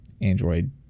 Android